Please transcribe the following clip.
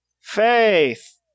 Faith